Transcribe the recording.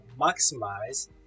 maximize